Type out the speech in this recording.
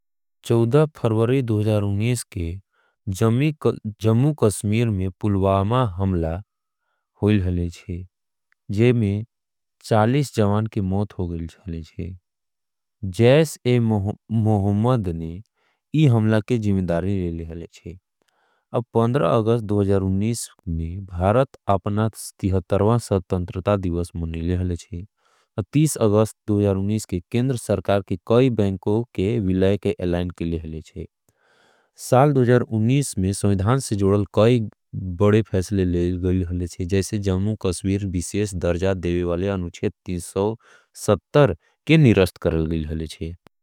फर्वरी के जमु कस्मीर में पुलवामा हमला होयल हले जे में जवान के मौत होगेल हले जैसे मौहमद ने इह हमला के जिमेंदारे लेले हले जे अब अगस्त में भारत आपनाथ सत्तंतरता दिवस में नेले हले जे तीस अगस्त के केंडर सरकार के कोई बैंको के विलाय के एलाइन के ले हले जे साल में समयधान से जोड़ल कोई बड़े फैसले लेल गईल हले जैसे जम्मू कस्विर विशेस दर्जात देवे वाले अनुचे के निरस्त करल गईल हले जे।